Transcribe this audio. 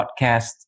podcast